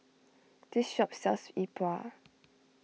this shop sells Yi Bua